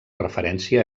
referència